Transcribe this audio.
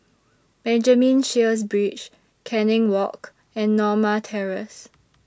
Benjamin Sheares Bridge Canning Walk and Norma Terrace